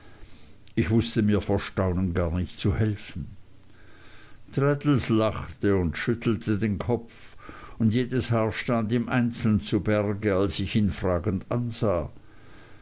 ich wußte mir vor staunen gar nicht zu helfen traddles lachte und schüttelte den kopf und jedes haar stand ihm einzeln zu berge als ich ihn fragend ansah